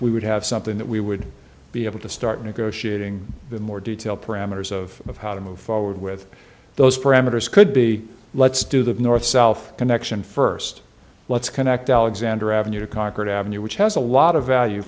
we would have something that we would be able to start negotiating the more detail parameters of of how to move forward with those parameters could be let's do the north south connection first let's connect alexander ave to concord ave which has a lot of value